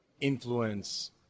influence